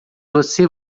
você